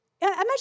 imagine